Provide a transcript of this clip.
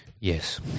Yes